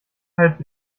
halb